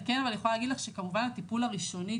אני כן יכולה להגיד שכמובן טיפול ראשוני,